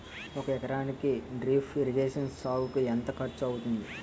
ఒక ఎకరానికి drip irrigation సాగుకు ఎంత ఖర్చు అవుతుంది?